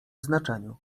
znaczeniu